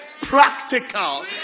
practical